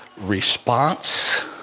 response